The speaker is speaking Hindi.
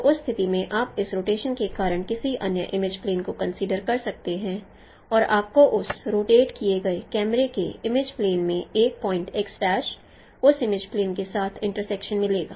तो उस स्थिति में आप इस रोटेशन के कारण किसी अन्य इमेज प्लेन को कंसीडर कर सकते हैं और आपको उस रोटेट किए गए कैमरे के इमेज प्लेन में एक पॉइंटउस इमेज प्लेन के साथ इंटरसेक्शन मिलेगा